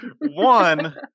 One